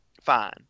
fine